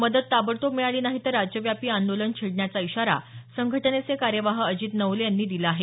मदत ताबडतोब मिळाली नाही तर राज्यव्यापी आंदोलन छेडण्याचा इशारा संघटनेचे कार्यवाह अजित नवले यांनी दिला आहे